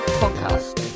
podcast